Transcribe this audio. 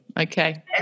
Okay